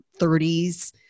30s